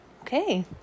okay